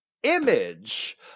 image